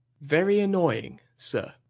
very annoying, sir.